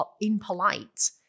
impolite